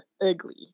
ugly